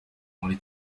muri